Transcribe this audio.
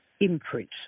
imprint